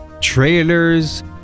Trailers